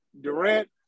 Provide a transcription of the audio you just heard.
Durant